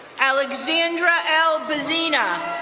alexandra l. brazina,